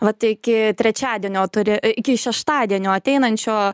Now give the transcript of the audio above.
vat iki trečiadienio turi iki šeštadienio ateinančio